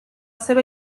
seva